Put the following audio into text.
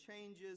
changes